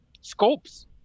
scopes